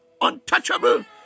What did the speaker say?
untouchable